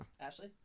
Ashley